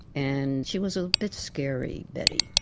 and she was a bit scary, betty,